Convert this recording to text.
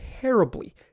terribly